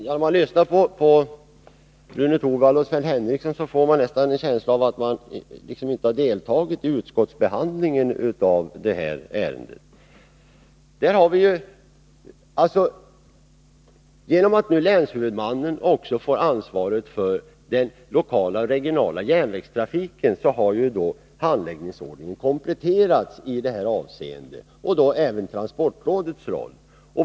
Herr talman! När jag lyssnar på Rune Torwald och Sven Henricsson får jag nästan en känsla av att de inte har deltagit i utskottsbehandlingen av detta ärende. Genom att länshuvudmannen nu också får ansvaret för den lokala-regionala järnvägstrafiken har ju handläggningsordningen kompletterats i detta avseende, och då även transportrådets roll.